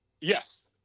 Yes